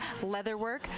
leatherwork